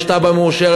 יש תב"ע מאושרת,